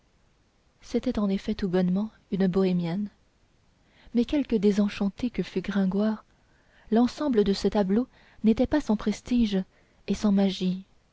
c'était en effet tout bonnement une bohémienne mais quelque désenchanté que fût gringoire l'ensemble de ce tableau n'était pas sans prestige et sans magie